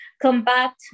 combat